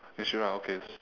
okay syura okay